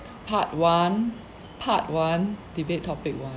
part one part one debate topic one